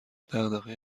دغدغه